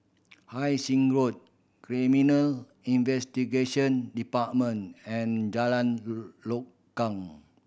Hai Sing Road Criminal Investigation Department and Jalan Lokam